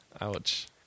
Ouch